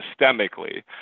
systemically